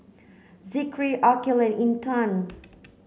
Zikri Aqil and Intan